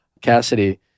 Cassidy